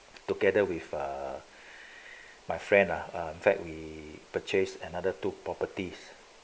together with uh my friend lah fact we purchased another two properties